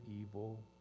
evil